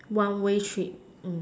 one way street